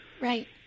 Right